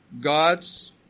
God's